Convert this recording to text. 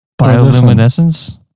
bioluminescence